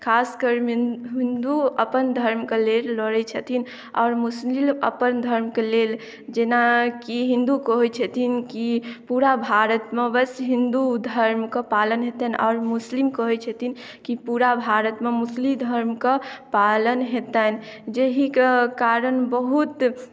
खासकऽ हिन्दु अपन धर्मक लेल लड़ै छथिन आओर मुस्लिम अपन धर्मक लेल जेना की हिन्दु कहै छथिन की पूरा भारतमे बस हिन्दु धर्मक पालन हेतै आओर मुस्लिम कहै छथिन की पूरा भारतमे मुस्लिम धर्मक पालन हेतै जाहिके कारण बहुत